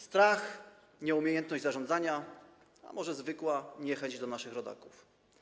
Strach, nieumiejętność zarządzania, a może zwykła niechęć do naszych rodaków?